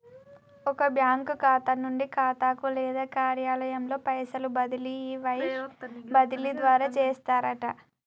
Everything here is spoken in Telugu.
ఒక బ్యాంకు ఖాతా నుండి ఖాతాకు లేదా కార్యాలయంలో పైసలు బదిలీ ఈ వైర్ బదిలీ ద్వారా చేస్తారట